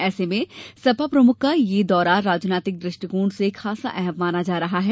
ऐसे में सपा प्रमुख का यह दौरा राजनीतिक दृष्टिकोण से खासा अहम माना जा रहा है